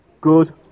good